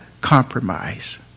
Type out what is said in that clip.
compromise